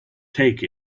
take